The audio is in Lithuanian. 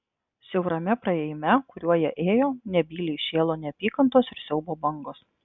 siaurame praėjime kuriuo jie ėjo nebyliai šėlo neapykantos ir siaubo bangos